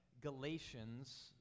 Galatians